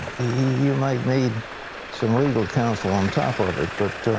you might need some legal counsel on top of it but,